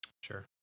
Sure